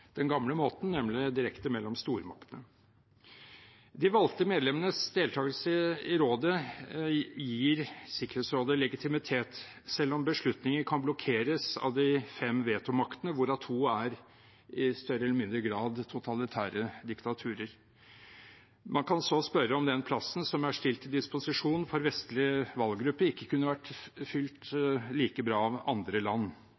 den gamle måten, nemlig direkte mellom stormaktene. De valgte medlemmenes deltakelse i rådet gir Sikkerhetsrådet legitimitet selv om beslutninger kan blokkeres av de fem vetomaktene, hvorav to er i større eller mindre grad totalitære diktaturer. Man kan så spørre om den plassen som er stilt til disposisjon for vestlig valggruppe, ikke kunne vært fylt like bra av andre land.